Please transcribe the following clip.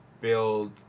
build